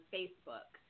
Facebook